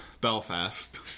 Belfast